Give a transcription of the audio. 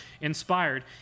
Inspired